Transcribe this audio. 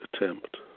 attempt